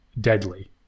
deadly